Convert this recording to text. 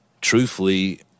truthfully